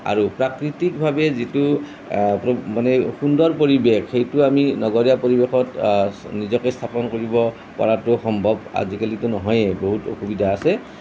আৰু প্ৰাকৃতিকভাৱে যিটো মানে সুন্দৰ পৰিৱেশ সেইটো আমি নগৰীয়া পৰিৱেশত নিজাকে স্থাপন কৰিব পাৰাটো সম্ভৱ আজিকালিতো নহয়ে বহুত অসুবিধা আছে